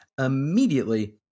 immediately